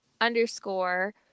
underscore